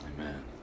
amen